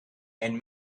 and